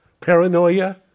paranoia